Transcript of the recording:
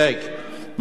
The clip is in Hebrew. מחלוקת